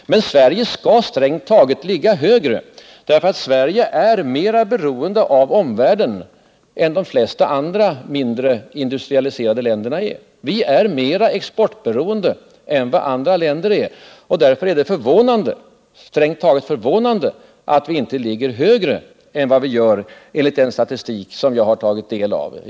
Men Sverige skall strängt taget ligga högre än flertalet länder, därför att Sverige är mera beroende av omvärlden än de flesta andra mindre, industrialiserade länderna är. Sverige är mera exportberoende än andra länder, och därför är det strängt taget förvånande att Sverige inte ligger högre än vad den statistik som jag har tagit del av visar.